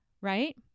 right